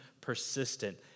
persistent